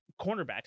cornerbacks